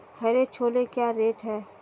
हरे छोले क्या रेट हैं?